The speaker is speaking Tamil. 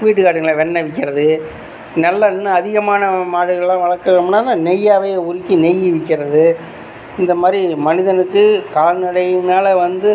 வீட்டு காட்டுங்களில் வெண்ணெய் விற்கறது நல்லா இன்னும் அதிகமான மாடுகள்லாம் வளர்த்தோம்னாக்கா நெய்யாகவே உருக்கி நெய் விற்கறது இந்தமாதிரி மனிதனுக்குக் கால்நடையினால் வந்து